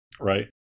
Right